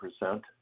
percent